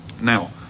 Now